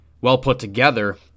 well-put-together